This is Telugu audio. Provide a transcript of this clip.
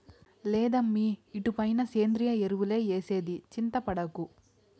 లేదమ్మీ ఇటుపైన సేంద్రియ ఎరువులే ఏసేది చింతపడకు